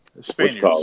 Spanish